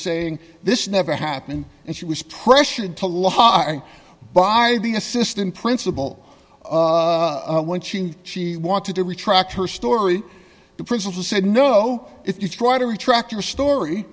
saying this never happened and she was pressured to lie by the assistant principal when she she wanted to retract her story the principal said no if you try to retract your story